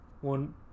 one